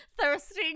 Thirsting